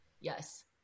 yes